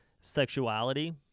sexuality